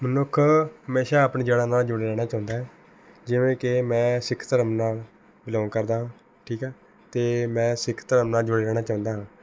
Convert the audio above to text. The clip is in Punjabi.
ਮਨੁੱਖ ਹਮੇਸ਼ਾ ਆਪਣੀ ਜੜ੍ਹਾਂ ਨਾਲ ਜੁੜਿਆ ਰਹਿਣਾ ਚਾਹੁੰਦਾ ਹੈ ਜਿਵੇਂ ਕਿ ਮੈਂ ਸਿੱਖ ਧਰਮ ਨਾਲ ਬਿਲੋਂਗ ਕਰਦਾ ਹਾਂ ਠੀਕ ਹੈ ਅਤੇ ਮੈਂ ਸਿੱਖ ਧਰਮ ਨਾਲ ਜੁੜੇ ਰਹਿਣਾ ਚਾਹੁੰਦਾ ਹਾਂ